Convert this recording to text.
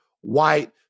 white